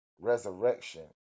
resurrection